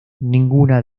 ninguna